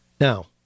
Now